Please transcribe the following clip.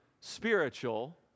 spiritual